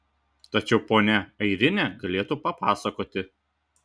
tačiau ponia airinė galėtų papasakoti